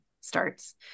starts